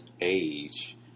age